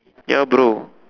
ya bro